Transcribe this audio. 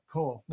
Cool